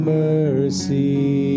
mercy